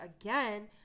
again